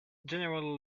general